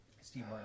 Steve